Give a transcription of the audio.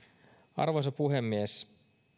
arvoisa puhemies